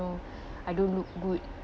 I don't look good